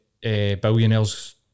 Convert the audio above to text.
billionaires